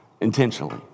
intentionally